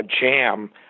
jam